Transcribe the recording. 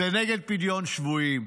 זה נגד פדיון שבויים.